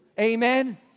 Amen